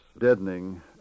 deadening